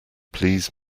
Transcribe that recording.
please